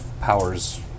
powers